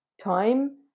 time